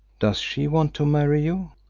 does she want to marry you?